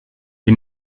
die